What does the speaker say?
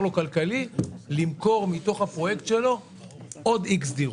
לו כלכלי למכור מתוך הפרויקט שלו עוד איקס דירות,